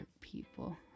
people